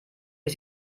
ich